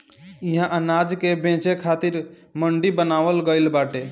इहा अनाज के बेचे खरीदे खातिर मंडी बनावल गइल बाटे